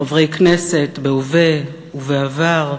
חברי כנסת בהווה ובעבר,